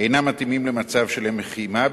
אינם מתאימים למצב של לחימה,